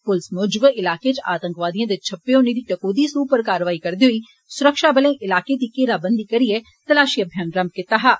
पुलस मुजब इलाके च आतंकवादिएं दे छप्पे होने दी टकोहदी सूह उप्पर कारवाई करदे होई सुरक्षाबले इलाके गी घेराबंदी करएि तपाशी अभियान रम्म कीता हा